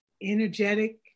Energetic